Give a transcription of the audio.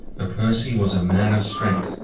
the percy was a man of strength,